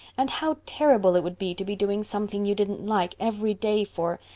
and how terrible it would be to be doing something you didn't like every day for.